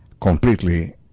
completely